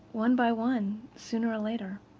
one by one, sooner or later,